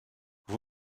vous